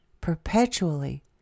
perpetually